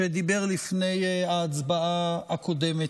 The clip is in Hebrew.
שדיבר לפני ההצבעה הקודמת.